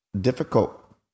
difficult